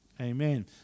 Amen